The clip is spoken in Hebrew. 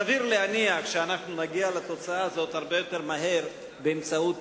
סביר להניח שנגיע לתוצאה הזאת הרבה יותר מהר באמצעות